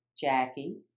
Jackie